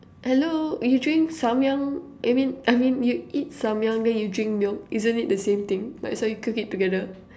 hello you drink samyang I mean I mean you eat samyang then you drink milk isn't it the same thing might as well you cook it together